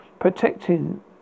protecting